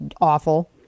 awful